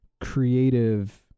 creative